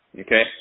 Okay